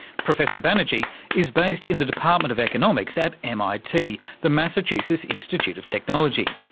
professor banerjee is based in the department of economics at mit, the massachusetts institute of technology.